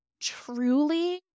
truly